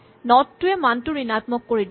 not টোৱে মানটো ঋণাত্মক কৰি দিয়ে